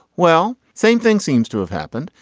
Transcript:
well same thing seems to have happened.